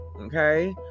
Okay